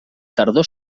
tardor